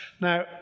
now